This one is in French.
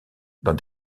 dans